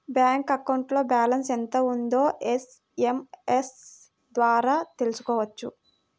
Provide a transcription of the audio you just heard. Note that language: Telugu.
బ్యాంక్ అకౌంట్లో బ్యాలెన్స్ ఎంత ఉందో ఎస్ఎంఎస్ ద్వారా తెలుసుకోవచ్చు